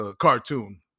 cartoon